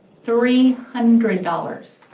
three hundred dollars.